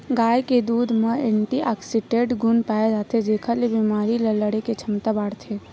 गाय के दूद म एंटीऑक्सीडेंट गुन पाए जाथे जेखर ले बेमारी ले लड़े के छमता बाड़थे